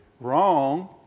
wrong